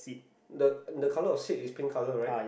the colour of seat is pink colour right